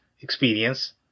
experience